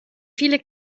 viele